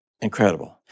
incredible